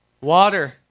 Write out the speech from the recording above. water